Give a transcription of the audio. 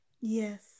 Yes